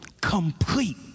Complete